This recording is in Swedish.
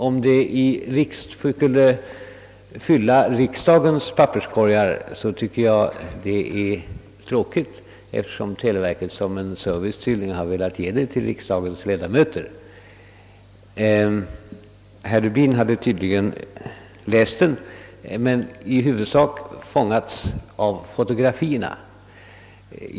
Om den skulle fylla riksdagens papperskorgar tycker jag det är tråkigt, eftersom televerket tydligen som en service har velat ge den till riksdagens ledamöter. Herr Rubin hade tydligen läst den men i huvudsak fångats av fotografierna.